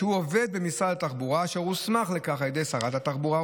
שהוא עובד במשרד התחבורה אשר הוסמך לכך על ידי שרת התחבורה,